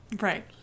Right